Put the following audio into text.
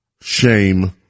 Shame